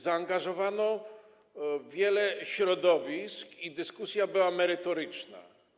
Zaangażowano wiele środowisk i dyskusja była merytoryczna.